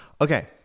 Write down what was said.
Okay